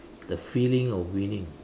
the feeling of winning